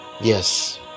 yes